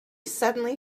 suddenly